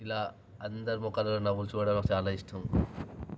ఇలా అందరి ముఖాలలో నవ్వులు చూడడం నాకు చాలా ఇష్టం